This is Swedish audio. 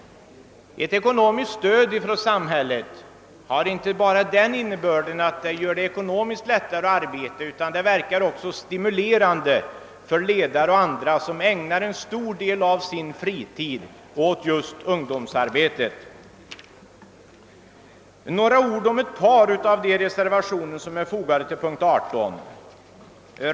Ett ekonomiskt stöd från samhället har inte bara den innebörden, att det gör arbetet ekonomiskt lättare, utan det verkar också stimulerande för 1edare och andra som ägnar en stor del av sin fritid åt ungdomsarbete. Några ord om ett par av de reservationer som är fogade till punkt 18!